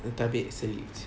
oh tabik salute